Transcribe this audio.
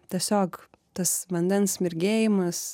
tiesiog tas vandens mirgėjimas